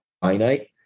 finite